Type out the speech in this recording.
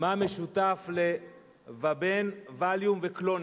מה המשותף ל"ואבן", "וליום" ו"קלונקס"?